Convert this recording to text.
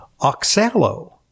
Oxalo